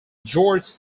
george